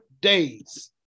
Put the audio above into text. days